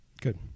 Good